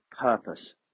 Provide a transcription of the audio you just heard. purpose